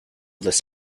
this